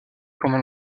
pendant